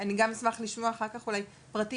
אני גם אשמח לשמוע אחר כך אולי פרטים,